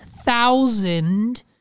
Thousand